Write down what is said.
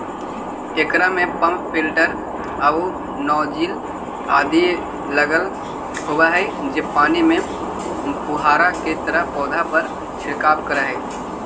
एकरा में pump filter आउ नॉजिल आदि लगल होवऽ हई जे पानी के फुहारा के तरह पौधा पर छिड़काव करऽ हइ